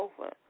over